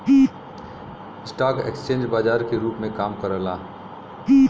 stock exchange बाजार के रूप में काम करला